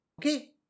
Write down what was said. Okay